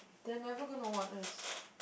they're never gonna want us